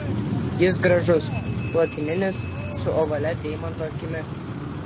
jis gražus platininis su ovalia deimanto akimi